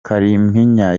kalimpinya